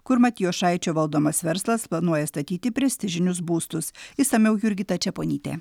kur matijošaičio valdomas verslas planuoja statyti prestižinius būstus išsamiau jurgita čeponytė